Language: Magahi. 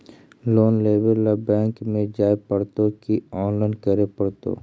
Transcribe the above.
लोन लेवे ल बैंक में जाय पड़तै कि औनलाइन करे पड़तै?